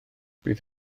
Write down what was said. bydd